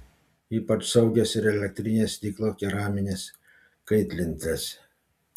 ypač saugios ir elektrinės stiklo keraminės kaitlentės